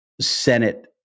Senate